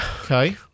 Okay